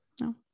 No